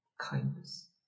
Kindness